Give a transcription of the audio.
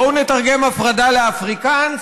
בואו נתרגם הפרדה לאפריקנס,